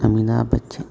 Amitabh Bachchan